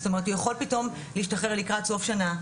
זאת אומרת הוא יכול פתאום להשתחרר לקראת סוף השנה.